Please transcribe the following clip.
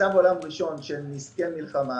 מצב עולם ראשון של נזקי מלחמה,